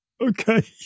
Okay